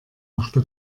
machte